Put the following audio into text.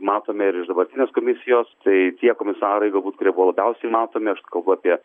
matome ir iš dabartinės komisijos tai tie komisarai galbūt kurie buvo labiausiai matomi aš kalbu apie